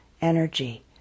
energy